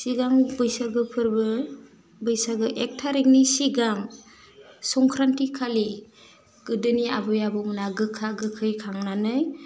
सिगां बैसागो फोरबो बैसागो एक थारिगनि सिागां संख्रान्थि खालि गोदोनि आबै आबौमोना गोखा गोखै खांनानै